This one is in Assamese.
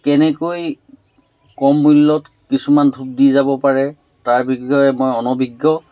কেনেকৈ কম মূল্যত কিছুমান ধূপ দি যাব পাৰে তাৰ বিষয়ে মই অনবিজ্ঞ